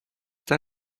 ten